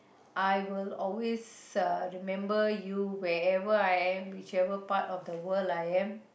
I will always uh remember you wherever I am whichever part of the world I am